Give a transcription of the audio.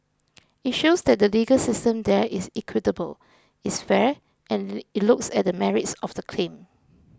it shows that the legal system there is equitable it's fair and it looks at the merits of the claim